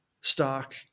stock